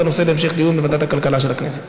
הנושא להמשך דיון בוועדת הכלכלה של הכנסת.